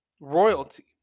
royalty